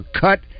cut